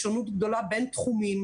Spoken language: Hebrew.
יש שונות גדולה בין תחומים,